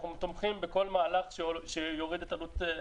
אנחנו תומכים בכל מהלך שיוריד את העלות.